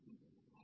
dSVV